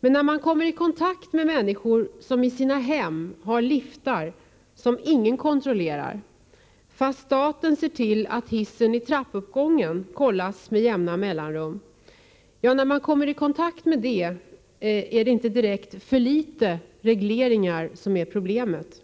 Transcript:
Men när man kommer i kontakt med människor som i sina hem har liftar som inte kontrolleras — fast staten ser till att hissen i trappuppgången kollas med jämna mellanrum — så finner man att det inte direkt är för litet regleringar som är problemet.